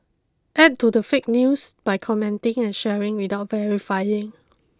add to the fake news by commenting and sharing without verifying